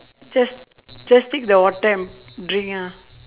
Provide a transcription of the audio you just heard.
just just take the water and drink ah